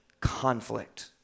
conflict